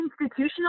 institutional